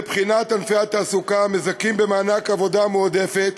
לבחינת ענפי התעסוקה המזכים במענק עבודה מועדפת,